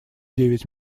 девять